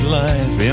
life